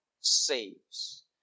saves